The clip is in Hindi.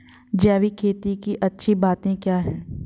जैविक खेती की अच्छी बातें क्या हैं?